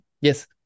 Yes